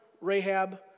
Rahab